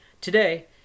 Today